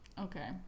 Okay